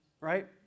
right